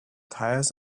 tires